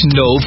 no